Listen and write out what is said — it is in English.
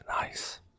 Nice